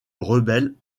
rebelles